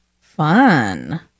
Fun